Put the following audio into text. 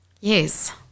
Yes